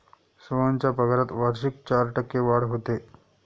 सोहनच्या पगारात वार्षिक चार टक्के वाढ होते